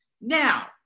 Now